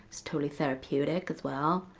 it's totally therapeutic as well.